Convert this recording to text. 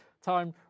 Time